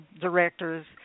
directors